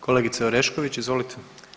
Kolegice Orešković, izvolite.